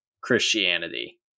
Christianity